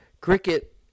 Cricket